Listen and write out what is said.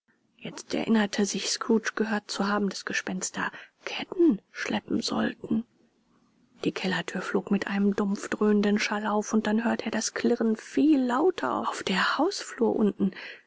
jetzt erinnerte sich scrooge gehört zu haben daß gespenster ketten schleppen sollten die kellerthür flog mit einem dumpfdröhnenden schall auf und dann hörte er das klirren viel lauter auf der hausflur unten